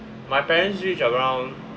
my parents reach around